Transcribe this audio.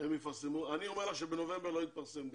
אני אומר לך שבנובמבר לא יתפרסם,